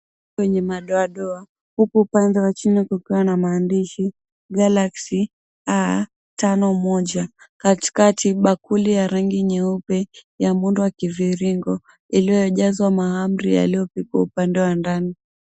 Kwenye madoadoa huku upande wa chini kukiwa na maandishi Galaxy A 51 katikati bakuli ya rangi nyeupe ya muundo wa kiviringo iliyojaa mahamri yaliyopikwa upande wa ndani.